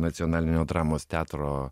nacionalinio dramos teatro